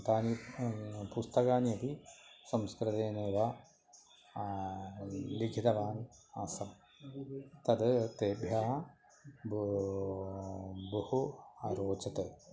तानि पुस्तकानि अपि संस्कृतेनैव लिखितवान् आसम् तद् तेभ्यः बहु बहु आरोचत्